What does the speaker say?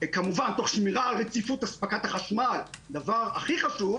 תוך שמירה על רציפות אספקת החשמל הכי חשוב